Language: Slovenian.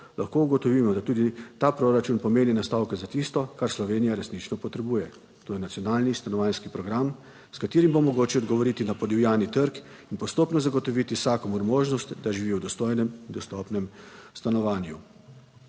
lahko ugotovimo, da tudi ta proračun pomeni nastavke za tisto, kar Slovenija resnično potrebuje, to je nacionalni stanovanjski program, s katerim bo mogoče odgovoriti na podivjani trg in postopno zagotoviti vsakomur možnost, da živi v dostojnem, dostopnem stanovanju.